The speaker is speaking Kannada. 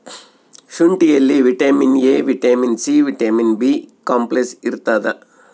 ಶುಂಠಿಯಲ್ಲಿ vitamin A vitamin C vitamin B complex ಇರ್ತಾದ